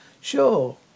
Sure